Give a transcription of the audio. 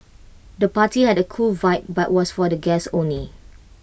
the party had A cool vibe but was for guests only